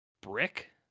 brick